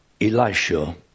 Elisha